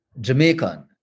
Jamaican